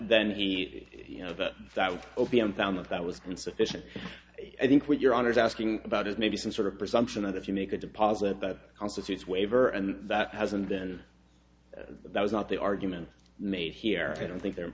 then he you know that that opium found that that was insufficient i think what you're on is asking about is maybe some sort of presumption that if you make a deposit that constitutes waiver and that hasn't been that was not the argument made here i don't think they're